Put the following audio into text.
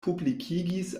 publikigis